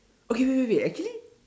okay wait wait wait actually